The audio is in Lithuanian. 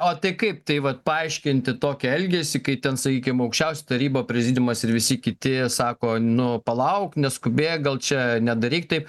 o tai kaip tai vat paaiškinti tokį elgesį kai ten sakykim aukščiausia taryba prezidiumas ir visi kiti sako nu palauk neskubėk gal čia nedaryk taip